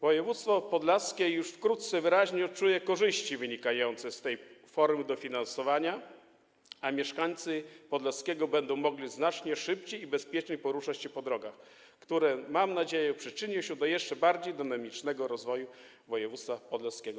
Województwo podlaskie już wkrótce wyraźnie odczuje korzyści wynikające z tej formy dofinansowania, a jego mieszkańcy będą mogli znacznie szybciej i bezpieczniej poruszać się po drogach, które, mam nadzieję, przyczynią się do jeszcze bardziej dynamicznego rozwoju województwa podlaskiego.